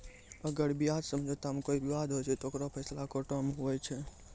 अगर ब्याज समझौता मे कोई बिबाद होय छै ते ओकरो फैसला कोटो मे हुवै छै